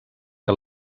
que